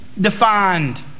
defined